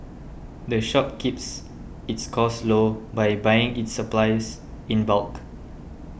the shop keeps its costs low by buying its supplies in bulk